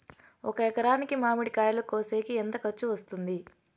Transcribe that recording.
ఒక ఎకరాకి మామిడి కాయలు కోసేకి ఎంత ఖర్చు వస్తుంది?